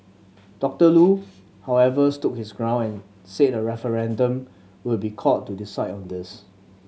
Doctor Loo however stood his ground and said a referendum could be called to decide on this